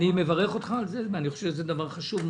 מברך אותך על זה וחושב שזה חשוב מאוד,